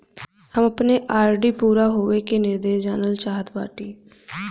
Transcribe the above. हम अपने आर.डी पूरा होवे के निर्देश जानल चाहत बाटी